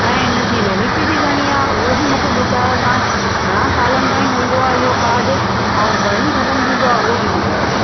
ऐं इनजी वेलिडिटी घणी आहे उहो बि मूंखे ॿुधायो तव्हां घणा सालनि ताई हलंदो आहे इहो काड ऐं कॾहि खतमु थींदो आहे उहो बि ॿुधायो